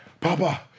Papa